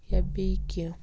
یا بیٚیہِ کینٛہہ